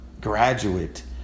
graduate